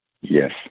Yes